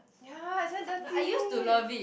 ya is very dirty